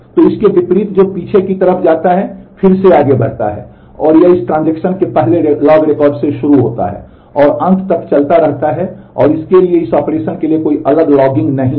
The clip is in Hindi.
तो इसके विपरीत जो पीछे की तरफ जाता है फिर से आगे बढ़ता है और यह इस ट्रांजेक्शन के पहले लॉग रिकॉर्ड से शुरू होता है और अंत तक चलता रहता है और इसके लिए इस ऑपरेशन के लिए कोई अलग लॉगिंग नहीं है